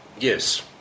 Yes